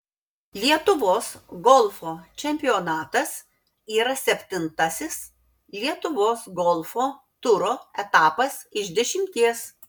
lietuvos golfo čempionatas yra septintasis lietuvos golfo turo etapas iš dešimties